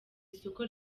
isoko